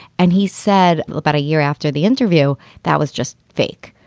and he said about a year after the interview that was just fake.